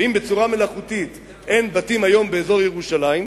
אם בצורה מלאכותית אין בתים היום באזור ירושלים,